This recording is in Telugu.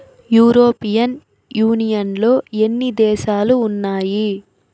యూరోపియన్ యూనియన్లో ఎన్ని దేశాలు ఉన్నాయి